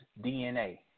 DNA